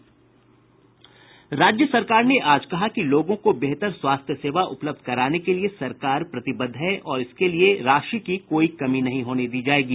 राज्य सरकार ने आज कहा कि लोगों को बेहतर स्वास्थ्य सेवा उपलब्ध कराने के लिए सरकार प्रतिबद्ध है और इसके लिए राशि की कोई कमी नहीं होने दी जायेगी